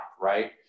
right